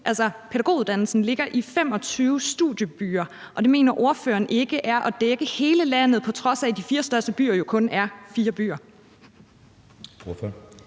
ligger pædagoguddannelsen i 25 studiebyer, og det mener ordføreren ikke er at dække hele landet, på trods af at de fire største byer jo kun er fire byer,